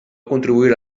contribuir